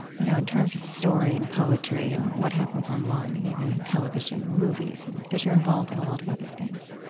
you know, in terms of story and poetry and what happens online and even television and movies because you're involved in a lot of other things